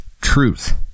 truth